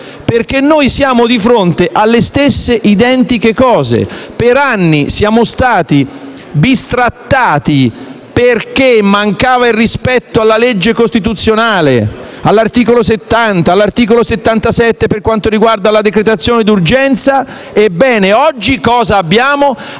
perché noi siamo di fronte alle stesse identiche cose. Per anni siamo stati bistrattati perché mancava il rispetto della legge costituzionale, dell'articolo 70 e dell'articolo 77, per quanto riguarda la decretazione d'urgenza, e oggi cosa abbiamo?